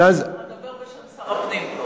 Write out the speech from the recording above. אני אדבר בשם שר הפנים.